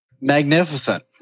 magnificent